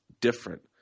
different